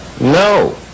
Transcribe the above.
no